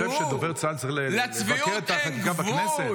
אתה חושב שדובר צה"ל צריך לבקר את החקיקה בכנסת?